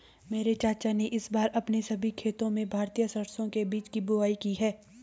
मेरे चाचा ने इस बार अपने सभी खेतों में भारतीय सरसों के बीज की बुवाई की है